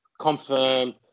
Confirmed